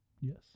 Yes